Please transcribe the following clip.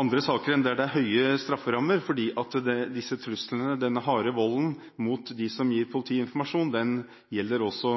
andre saker enn der det er høye strafferammer, for disse truslene og den harde volden mot dem som gir informasjon, gjelder også